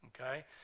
okay